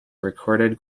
recorded